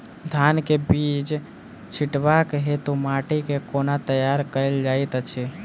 धान केँ बीज छिटबाक हेतु माटि केँ कोना तैयार कएल जाइत अछि?